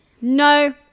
No